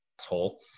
asshole